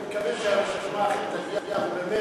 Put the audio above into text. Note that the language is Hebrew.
אני מקווה שהרשימה אכן תגיע, ובאמת,